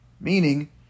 Meaning